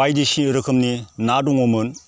बायदि रोखोमनि ना दङमोन